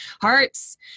Hearts